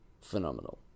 phenomenal